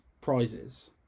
prizes